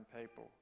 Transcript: people